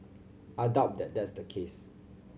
I doubt that that's the case